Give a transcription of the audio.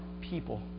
people